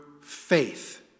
faith